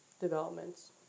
developments